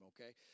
okay